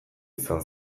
izan